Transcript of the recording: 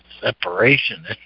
separation